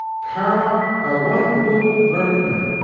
karl are one goot vorkman,